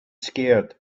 scared